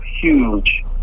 huge